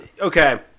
okay